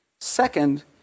Second